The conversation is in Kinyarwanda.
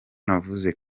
navuze